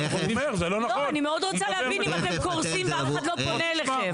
לא אני מאוד רוצה להבין אם אתם קורסים ואף אחד לא בא אליכם.